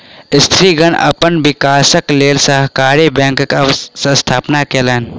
स्त्रीगण अपन विकासक लेल सहकारी बैंकक स्थापना केलैन